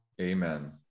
Amen